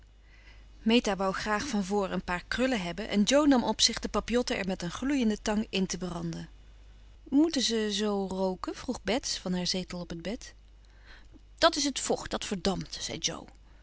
meta wou graag van voren een paar krullen hebben en jo nam op zich de papillotten er met een gloeiende tang in te branden moeten ze zoo rooken vroeg bets van haar zetel op het bed dat is het vocht dat verdampt zei jo